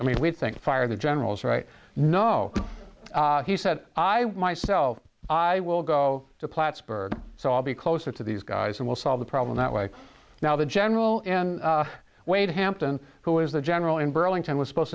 i mean we think fired the generals right no he said i myself i will go to plattsburgh so i'll be closer to these guys and we'll solve the problem that way now the general in way to hampton who is the general in burlington was supposed